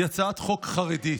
היא הצעת חוק חרדית.